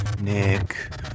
Nick